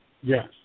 yes